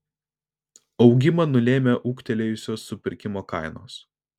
augimą nulėmė ūgtelėjusios supirkimo kainos